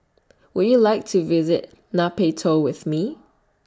Would YOU like to visit Nay Pyi Taw with Me